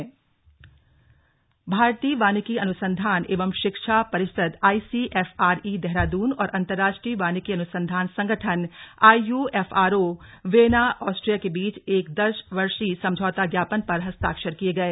वनिकी समझौता भारतीय वानिकी अनुसंधान एवं शिक्षा परिषद आईसीएफआरई देहरादून और अंतर्राष्ट्रीय वानिकी अनुसंधान संगठन आईयूएफआरओ वियना ऑस्ट्रिया के बीच एक दस वर्षीय समझौता ज्ञापन पर हस्ताक्षर किये गए